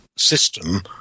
System